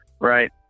right